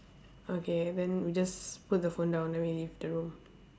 okay then we just put the phone down then we leave the room